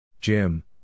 Jim